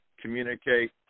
communicate